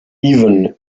even